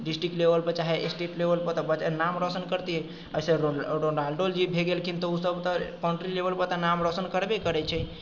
district लेवलपर चाहे state लेवलपर तऽ बच्चा नाम रोशन करतियै एहिसँ रोना रोनाल्डो जी भए गेलखिन तऽ ओसभ तऽ कन्ट्री लेवलपर नाम रोशन करबे करैत छै